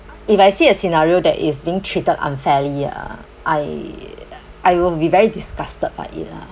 if I see a scenario that is being treated unfairly ah I I will be very disgusted by it lah